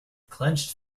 clenched